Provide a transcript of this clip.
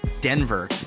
Denver